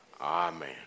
Amen